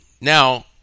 Now